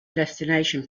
destination